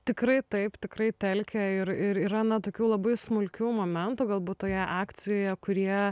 tikrai taip tikrai telkia ir ir yra na tokių labai smulkių momentų galbūt toje akcijoje kurie